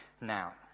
Now